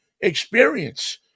experience